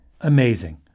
amazing